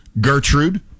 Gertrude